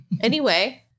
Anyway-